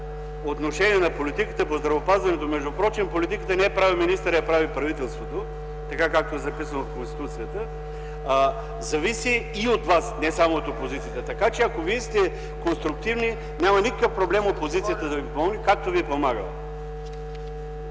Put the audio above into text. отношение на политиката по здравеопазването? Впрочем политиката не я прави министърът, а правителството, както е записано в Конституцията. Зависи и от вас, а не само от опозицията. Така че ако вие сте конструктивни, няма никакъв проблем опозицията да ви помогне, както ви е помагала.